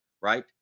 right